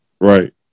right